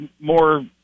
more